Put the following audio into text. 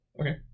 Okay